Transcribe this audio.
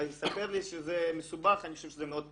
לספר לי שזה מסובך, אני חושב שזה מאוד פשוט.